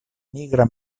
nigra